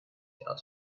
out